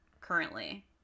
currently